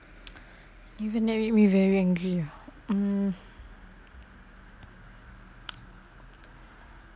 event that make me very angry ah mm